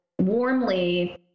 warmly